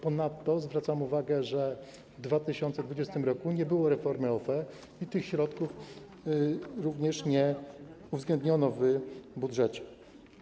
Ponadto zwracam uwagę, że w 2020 r. nie było reformy OFE i tych środków również nie uwzględniono w budżecie.